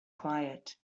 quiet